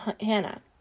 Hannah